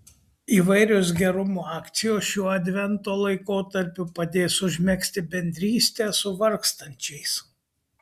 įvairios gerumo akcijos šiuo advento laikotarpiu padės užmegzti bendrystę su vargstančiais